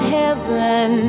heaven